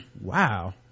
wow